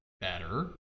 better